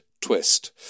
twist